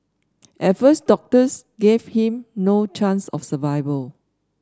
at first doctors gave him no chance of survival